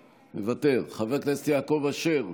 מוותר, חבר הכנסת יעקב אשר,